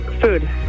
Food